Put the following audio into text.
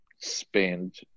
spend